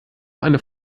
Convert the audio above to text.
eine